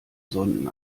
sonden